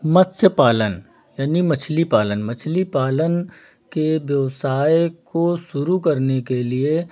मत्स्य पालन यानी मछली पालन मछली पालन के व्यवसाय को शुरू करने के लिए